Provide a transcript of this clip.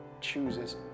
chooses